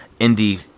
Indie